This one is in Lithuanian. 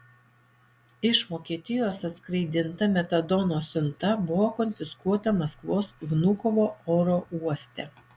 iš vokietijos atskraidinta metadono siunta buvo konfiskuota maskvos vnukovo oro uoste